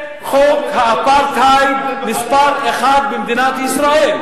בחוק האפרטהייד מספר אחת במדינת ישראל.